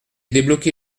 débloqué